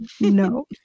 No